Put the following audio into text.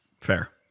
Fair